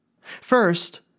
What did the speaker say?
First